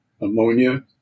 ammonia